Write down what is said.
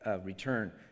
return